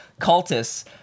cultists